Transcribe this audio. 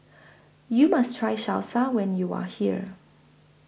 YOU must Try Salsa when YOU Are here